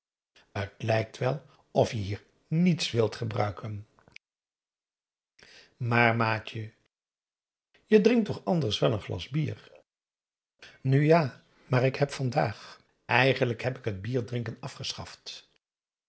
t lijkt wel of je hier niets wilt gebruiken maar maatje je drinkt toch anders wel n glas bier nu ja maar ik heb vandaag eigenlijk heb ik het bier drinken afgeschaft